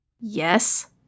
Yes